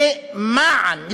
למען,